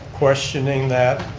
questioning that,